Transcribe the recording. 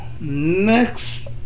next